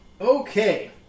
Okay